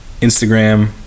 Instagram